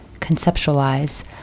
conceptualize